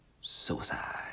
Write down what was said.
Suicide